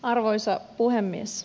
arvoisa puhemies